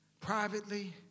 privately